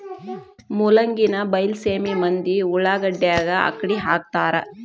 ಮೂಲಂಗಿನಾ ಬೈಲಸೇಮಿ ಮಂದಿ ಉಳಾಗಡ್ಯಾಗ ಅಕ್ಡಿಹಾಕತಾರ